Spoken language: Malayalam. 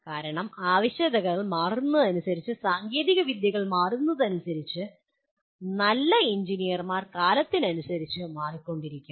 കാരണം ആവശ്യകതകൾ മാറുന്നതിനനുസരിച്ച് സാങ്കേതികവിദ്യ മാറുന്നതിനനുസരിച്ച് നല്ല എഞ്ചിനീയർ കാലത്തിനനുസരിച്ച് മാറിക്കൊണ്ടിരിക്കും